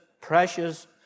precious